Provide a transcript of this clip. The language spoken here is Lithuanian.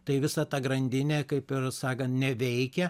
tai visa ta grandinė kaip ir sakant neveikia